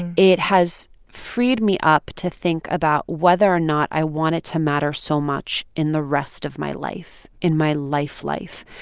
and it has freed me up to think about whether or not i want it to matter so much in the rest of my life in my life-life.